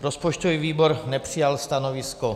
Rozpočtový výbor nepřijal stanovisko.